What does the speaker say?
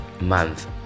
month